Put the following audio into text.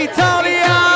Italia